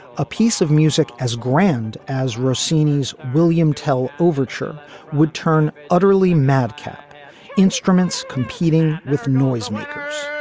a piece of music as grand as rossini's william tell overture would turn utterly madcap instruments competing with noisemakers